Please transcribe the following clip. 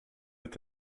est